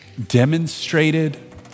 Demonstrated